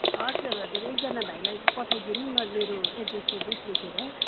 हजुर हजुर एकजना भाइलाई चाहिँ पठाइदिनु न मेरो एड्रेस सेड्रेस लेखेर